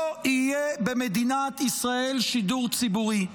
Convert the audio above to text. לא יהיה במדינת ישראל שידור ציבורי.